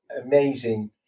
amazing